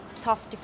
tough